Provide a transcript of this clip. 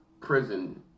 prison